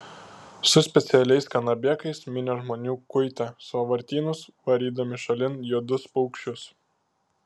su specialiais kanabėkais minios žmonių kuitė sąvartynus varydami šalin juodus paukščius